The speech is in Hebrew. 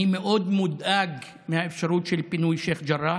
אני מאוד מודאג מהאפשרות של פינוי שייח' ג'ראח,